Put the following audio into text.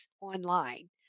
online